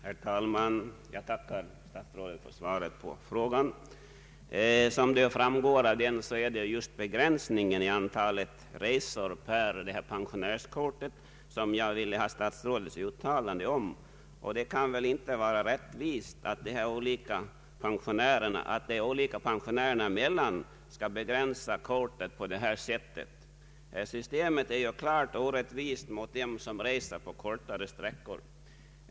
Herr talman! Jag tackar statsrådet för svaret på frågan. Som framgår av den är det just begränsningen av antalet resor på pensionärskortet som jag ville ha statsrådets uttalande om. Det kan väl inte vara rättvist olika pensionärer emellan att användningen av kortet skall vara begränsad på det här sättet. Systemet är klart orättvist mot dem som reser korta sträckor.